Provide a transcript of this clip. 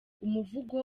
umuvugo